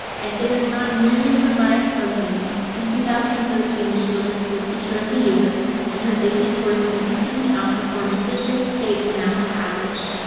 i say this not nearly as a biased husband in two thousand and thirteen. she was her school teacher of the year and her ap scores consistently outperformed district, state, and national average.